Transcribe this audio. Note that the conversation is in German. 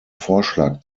vorschlag